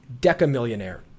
decamillionaire